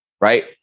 Right